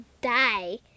die